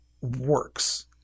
works